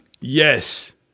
Yes